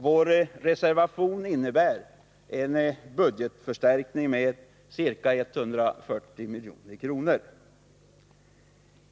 Vår reservation innebär en budgetförstärkning med ca 140 milj.kr.